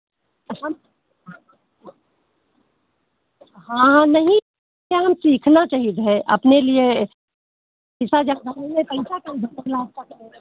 हम हाँ नहीं हम सीखना चहिज है अपने लिए पैसा ज़्यादा नहीं है पैसा